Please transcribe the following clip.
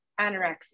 anorexia